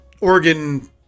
organ